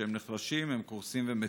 כשהם נחלשים, הם קורסים ומתים.